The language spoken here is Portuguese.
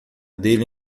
dele